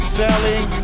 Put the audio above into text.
selling